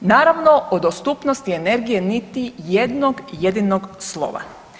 Naravno o dostupnosti energije niti jednog jedinog slova.